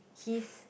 he's